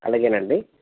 అలాగేనండి